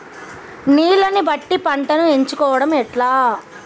నీళ్లని బట్టి పంటను ఎంచుకోవడం ఎట్లా?